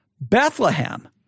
Bethlehem